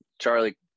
Charlie